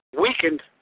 weakened